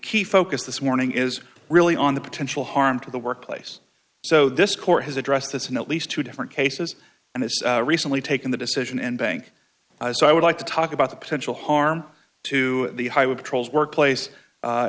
key focus this morning is really on the potential harm to the workplace so this court has addressed this in at least two different cases and has recently taken the decision and bank so i would like to talk about the potential harm to the highway patrol's workplace a